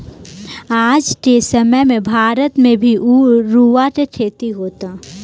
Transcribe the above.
आज के समय में भारत में भी रुआ के खेती होता